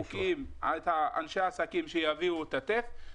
אנשי העסקים שיביאו את הטף.